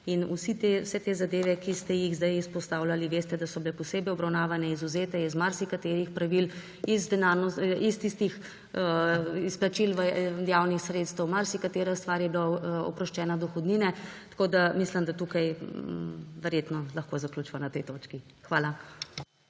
Vse te zadeve, ki ste jih zdaj izpostavljali, veste, da so bile posebej obravnavane, izvzete iz marsikaterih pravilih, iz izplačil javnih sredstev, marsikatera stvar je bila oproščena dohodnine. Mislim, da tukaj verjetno lahko zaključiva na tej točki. Hvala.